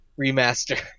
remaster